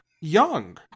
young